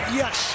yes